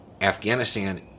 Afghanistan